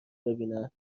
ببینن